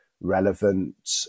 relevant